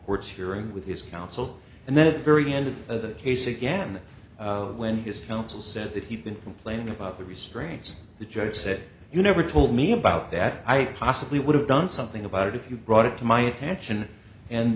words hearing with his counsel and then very end of the case again when his counsel said that he'd been complaining about the restraints the judge said you never told me about that i possibly would have done something about it if you brought it to my attention and